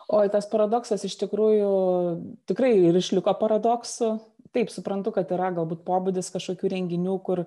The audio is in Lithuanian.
oi tas paradoksas iš tikrųjų tikrai ir išliko paradoksu taip suprantu kad yra galbūt pobūdis kažkokių renginių kur